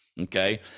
okay